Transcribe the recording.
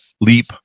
leap